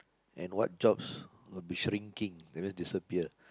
and what jobs will be shrinking that means disappear